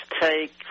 take